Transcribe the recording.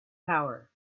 tower